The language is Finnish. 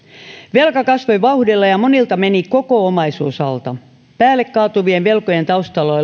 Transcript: velka kasvoi vauhdilla ja monilta meni koko omaisuus alta päälle kaatuvien velkojen taustalla